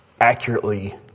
accurately